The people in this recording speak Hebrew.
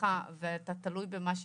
בעצמך ואתה תלוי במה שמציגים.